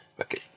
okay